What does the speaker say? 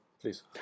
please